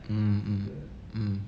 mm mm mm